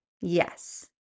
Yes